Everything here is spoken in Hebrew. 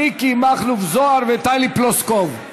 מיקי מכלוף זוהר וטלי פלוסקוב.